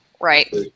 Right